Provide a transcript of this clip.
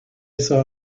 saw